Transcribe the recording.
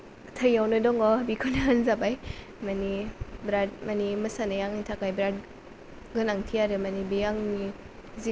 थैयावनो दङ बेखौनो होनजाबाय माने बिरात माने मोसानाया आंनि थाखाय माने गोनांथि आरो माने बियो आंनि जिउखौ